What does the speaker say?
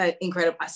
incredible